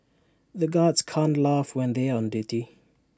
the guards can't laugh when they are on duty